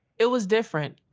it was different.